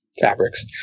fabrics